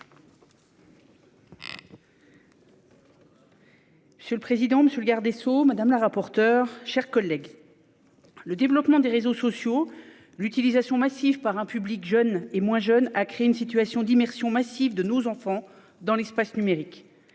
Monsieur le président, monsieur le garde des sceaux, mes chers collègues, le développement des réseaux sociaux et leur utilisation massive par un public jeune et moins jeune ont créé une situation d'immersion massive de nos enfants dans l'espace numérique.